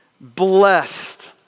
Blessed